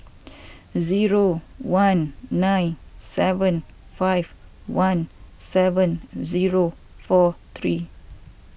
zero one nine seven five one seven zero four three